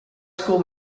school